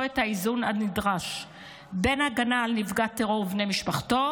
את האיזון הנדרש בין הגנה על נפגע טרור ובני משפחתו